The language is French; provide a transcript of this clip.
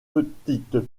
petite